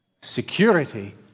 Security